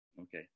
Okay